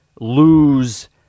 lose